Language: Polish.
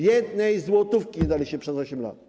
Jednej złotówki nie daliście przez 8 lat.